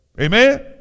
Amen